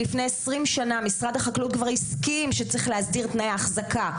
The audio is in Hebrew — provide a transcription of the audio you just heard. לפני עשרים שנה משרד החקלאות כבר הסכים שצריך להסדיר תנאי החזקה,